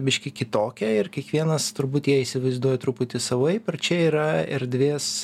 biškį kitokia ir kiekvienas turbūt ją įsivaizduoja truputį savaip ir čia yra erdvės